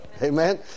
Amen